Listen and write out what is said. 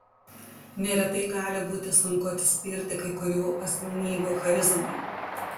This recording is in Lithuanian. neretai gali būti sunku atsispirti kai kurių asmenybių charizmai